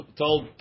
told